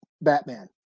Batman